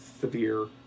severe